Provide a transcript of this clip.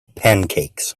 pancakes